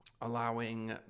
allowing